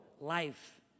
life